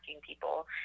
people